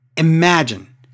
Imagine